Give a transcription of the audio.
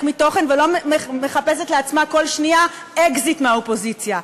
מתוכן ולא מחפשת לעצמה כל שנייה אקזיט מהאופוזיציה,